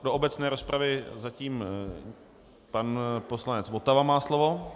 Do obecné rozpravy pan poslanec Votava má slovo.